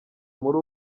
muri